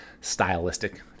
stylistic